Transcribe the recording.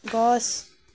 গছ